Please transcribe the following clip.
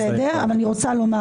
בסדר, אני רוצה לומר